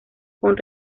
con